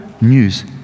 news